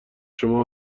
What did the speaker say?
شما